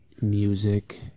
music